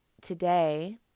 today